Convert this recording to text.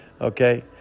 Okay